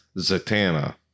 Zatanna